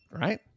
Right